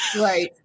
right